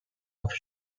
off